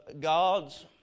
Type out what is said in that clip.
God's